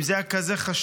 אם זה היה כזה חשוב,